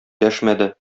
дәшмәде